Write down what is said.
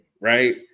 right